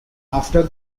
after